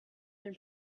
been